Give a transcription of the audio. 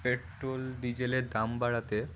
petrol ডিজেলের দাম বাড়াতে